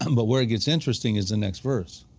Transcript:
um but where it gets interesting is the next verse.